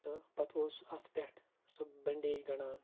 تہٕ پَتہٕ اوس اَتھ پٮ۪ٹھ سُہ بَنڈیج گَنڑان